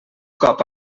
cop